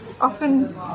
often